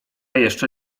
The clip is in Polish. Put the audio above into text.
jeszcze